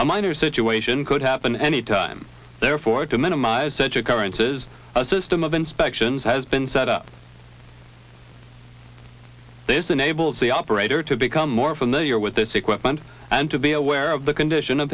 a minor situation could happen any time therefore to minimize such occurrences a system of inspections has been set up this enables the operator to become more familiar with this equipment and to be aware of the condition of